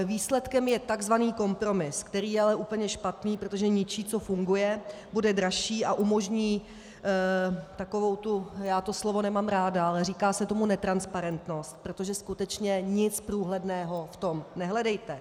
Výsledkem je tzv. kompromis, který je ale úplně špatný, protože ničí, co funguje, bude dražší a umožní takovou tu, já to slovo nemám ráda, ale říká se tomu netransparentnost, protože skutečně nic průhledného v tom nehledejte.